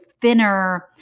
thinner